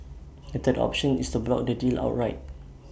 A third option is to block the deal outright